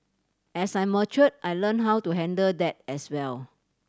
as I mature I learnt how to handle that as well